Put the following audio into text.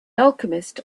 alchemist